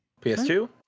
PS2